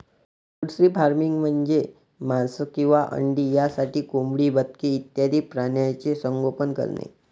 poultry farming म्हणजे मांस किंवा अंडी यासाठी कोंबडी, बदके इत्यादी प्राण्यांचे संगोपन करणे